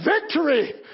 Victory